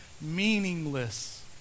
meaningless